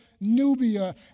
Nubia